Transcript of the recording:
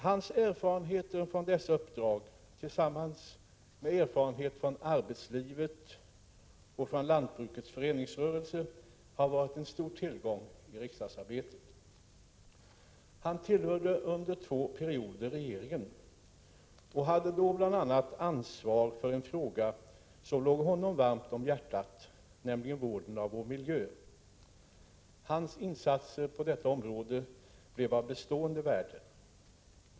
Hans erfarenheter från dessa uppdrag tillsammans med erfarenhet från arbetslivet och från lantbrukets föreningsrörelse har varit en stor tillgång i riksdagsarbetet. Han tillhörde under två perioder regeringen och hade då bl.a. ansvar för en fråga som låg honom varmt om hjärtat, nämligen vården av vår miljö. Hans insatser på detta område blev av bestående värde.